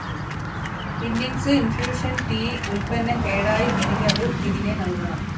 Twinings infusion tea ഉൽപ്പന്നം കേടായി എനിക്ക് അത് തിരികെ നൽകണം